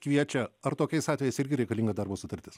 kviečia ar tokiais atvejais irgi reikalinga darbo sutartis